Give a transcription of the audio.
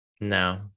No